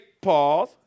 pause